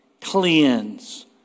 cleanse